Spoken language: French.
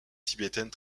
tibétaine